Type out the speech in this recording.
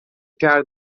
کرد